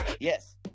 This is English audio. yes